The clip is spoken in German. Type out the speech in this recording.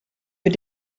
wir